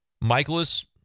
Michaelis